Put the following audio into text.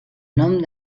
nom